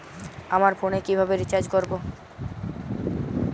আমার ফোনে কিভাবে রিচার্জ করবো?